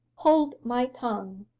hold my tongue.